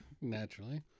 naturally